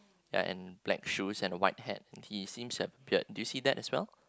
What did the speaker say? and and black shoes and white hat he seems to have a beard you see that as well